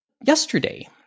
yesterday